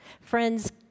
Friends